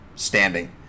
standing